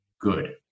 good